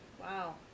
Wow